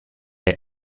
est